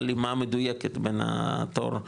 הלימה מדויקת בין התור,